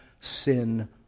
sin